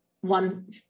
one